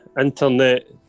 internet